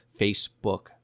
Facebook